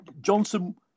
Johnson